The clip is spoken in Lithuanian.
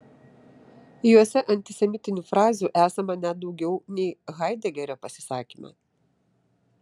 juose antisemitinių frazių esama net daugiau nei haidegerio pasisakyme